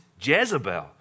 Jezebel